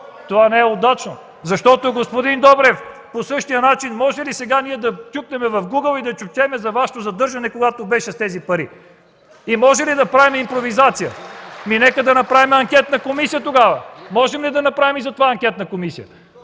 това не е удачно. Господин Добрев, по същия начин можем ли сега ние да чукнем в Гугъл и да четем за Вашето задържане, когато беше с тези пари, и можем ли да правим импровизация? (Ръкопляскания от ГЕРБ.) Нека да направим анкетна комисия тогава. Можем ли да направим и за това анкетна комисия?